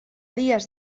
dies